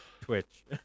Twitch